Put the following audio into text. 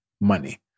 money